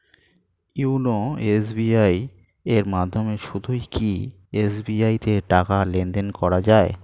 YONO SBI এর মাধ্যমে শুধুই কি এস.বি.আই তে টাকা লেনদেন করা যায়?